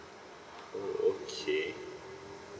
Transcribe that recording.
oh okay